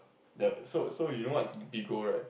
the so so you know what's Bigo right